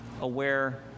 aware